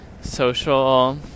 social